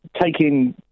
taking